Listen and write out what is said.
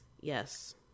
Yes